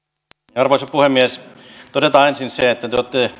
arvoisa puhemies todetaan ensin se että te olette